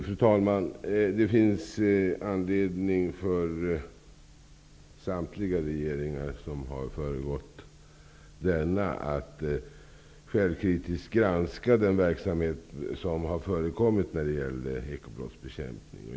Fru talman! Det finns anledning för samtliga regeringar som har föregått denna att självkritiskt granska den verksamhet som har förekommit när det gäller ekobrottsbekämpning.